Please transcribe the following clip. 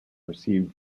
received